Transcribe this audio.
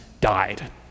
died